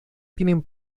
tienen